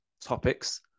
topics